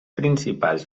principals